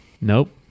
Nope